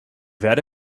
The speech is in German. werde